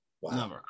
Wow